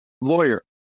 Lawyer